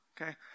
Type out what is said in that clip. okay